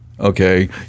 Okay